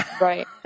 Right